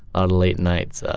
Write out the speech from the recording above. ah late nights.